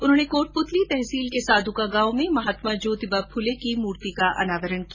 उन्होने कोटपुतली तहसील के सादुका गांव में महात्मा ज्योतिबा फूले की मूर्ति का अनावरण किया